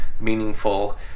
meaningful